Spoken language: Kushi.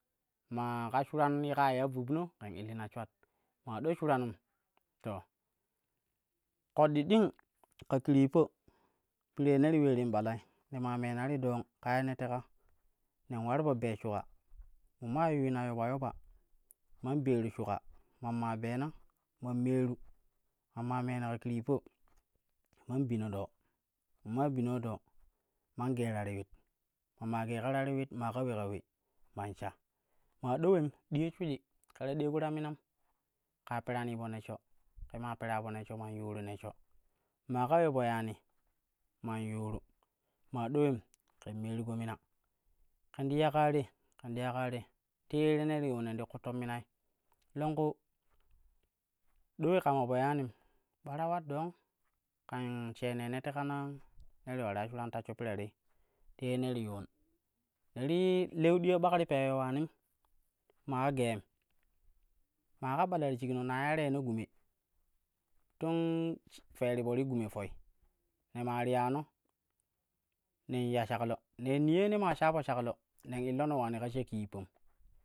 Maa ka shuran ye ƙaa ya vubna ƙen illina shwat maa ɗo shuranum to ƙoɗɗi ding ka kir yippa pire ne ti ule erim ɓalai ne maa meena to ƙa ye ne teka nen ular no bee shuƙa min maa yuna yoba yoba man beeru shuƙa man maa beena man meeni, ma maa meena ka kiryippa man bino doo ma maa bino doo man gee ta riuit ma maa geega ta ruiuit maa ka ule, ka ule man sha maa dowem diya shuiji ke ta ɗeego ta minam ƙaa peranii po neshasho, ke maa pera po neshsho, man yuuro neshsho maa ka ule po yani man yuuru maa dowen ƙen meeri go mima ƙen ti ya kaa te ƙen ti ya kaa te te yene ti yuum nen ti kutton monai longku do ule kama po yanim ɓara ular dong ƙan shene ne teka naa ne ti ularai shuran tashsho pira tei te ye ne ti yuun. Ne ti leu diyaɓak ti peewe ulanina maa geem maa ka ɓala ti shikno na iya reeno gume tum fee ti po ri gume foi ne maa riyano nen ya shaklo nei niyo ye ne maa sha po shaklo nen illono waani ka shakki yippam.